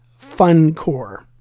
Funcore